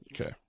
Okay